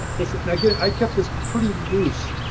this, again, i kept this pretty loose.